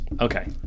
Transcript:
Okay